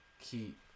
keep